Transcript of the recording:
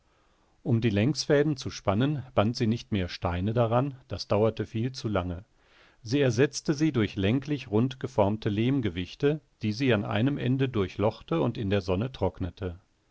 um die längsfäden zu spannen band sie nicht mehr steine daran das dauerte viel zu lange sie ersetzte sie durch länglichrund geformte lehmgewichte die sie an einem ende durchlochte und in der sonne trocknete